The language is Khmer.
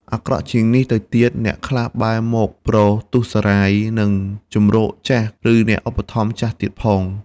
អាក្រក់ជាងនេះទៅទៀត អ្នកខ្លះបែរមកប្រទូសរ៉ាយនឹងជម្រកចាស់ ឬអ្នកឧបត្ថម្ភចាស់ទៀតផង ។